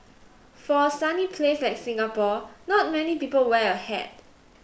for a sunny place like Singapore not many people wear a hat